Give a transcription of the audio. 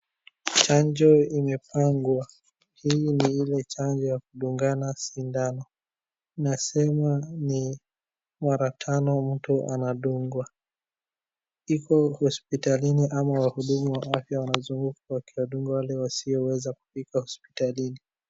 Chanjo imepangwa. Hii ni ile chanjo ya kundungana sindano. Na sema ni mara tano mtu anadungwa. Iko hospitalini ama wahudumu wa afya wanazunguka wakiwandunga wale wasio weza kufika hospitalini.